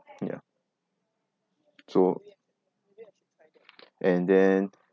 ya so and then